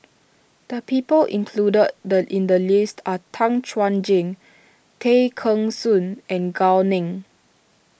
the people included the in the list are Tan Chuan Jin Tay Kheng Soon and Gao Ning